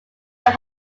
were